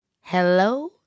Hello